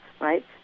right